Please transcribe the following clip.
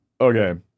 Okay